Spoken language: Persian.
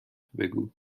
بگو